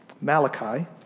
Malachi